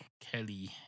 kelly